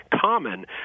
common